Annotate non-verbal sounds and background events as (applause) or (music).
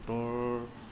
(unintelligible)